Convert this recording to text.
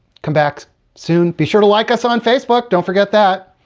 come back soon. be sure to like us on facebook. don't forget that.